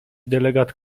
delegat